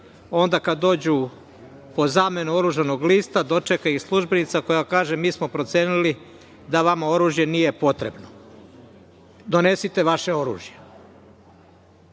onda kada dođu po zamenu oružanog lista dočeka ih službenica koja kaže – mi smo procenili da vama oružje nije potrebno. Donesite vaše oružje. Sada